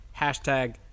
hashtag